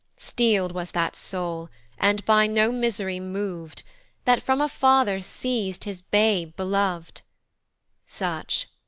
steel'd was that soul and by no misery mov'd that from a father seiz'd his babe belov'd such,